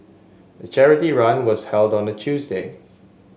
the charity run was held on a Tuesday